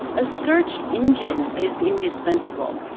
a search engine is indispensable.